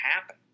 happen